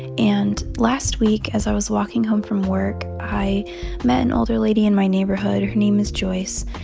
and last week, as i was walking home from work, i met an older lady in my neighborhood. her name is joyce.